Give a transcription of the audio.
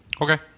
Okay